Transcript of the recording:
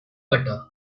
butter